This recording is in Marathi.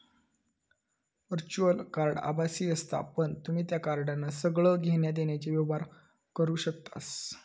वर्च्युअल कार्ड आभासी असता पण तुम्ही त्या कार्डान सगळे घेण्या देण्याचे व्यवहार करू शकतास